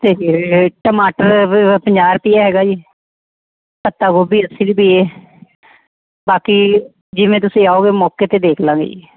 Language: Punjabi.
ਅਤੇ ਟਮਾਟਰ ਪੰਜਾਹ ਰੁਪਈਆ ਹੈਗਾ ਜੀ ਪੱਤਾ ਗੋਭੀ ਅੱਸੀ ਰੁਪਈਏ ਬਾਕੀ ਜਿਵੇਂ ਤੁਸੀਂ ਆਓਗੇ ਮੌਕੇ 'ਤੇ ਦੇਖ ਲਾਂਗੇ